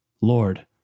Lord